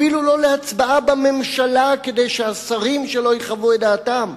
אפילו לא להצבעה בממשלה כדי שהשרים שלו יחוו את דעתם,